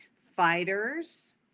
fighters